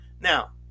Now